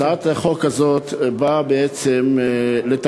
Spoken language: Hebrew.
כי הצעת החוק אושרה בקריאה טרומית ותועבר לוועדת